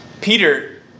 Peter